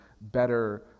better